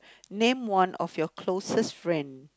name one of your closest friend